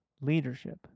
leadership